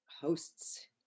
hosts